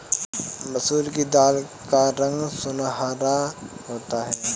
मसूर की दाल का रंग सुनहरा होता है